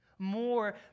more